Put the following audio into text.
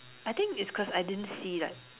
I think it's cause I didn't see like